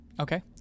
Okay